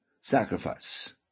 sacrifice